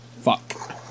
Fuck